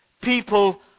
People